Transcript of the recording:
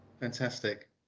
fantastic